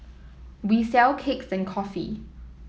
we sell cakes and coffee